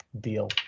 deal